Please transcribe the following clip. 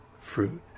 fruit